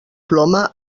ploma